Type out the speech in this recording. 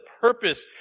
purpose